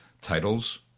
titles